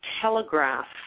telegraph